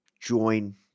join